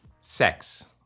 sex